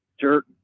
jerk